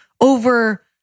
over